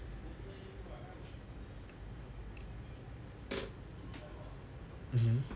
mmhmm